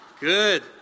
Good